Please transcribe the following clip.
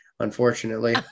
Unfortunately